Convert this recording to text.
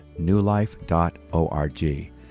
newlife.org